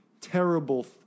terrible